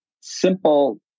simple